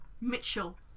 Mitchell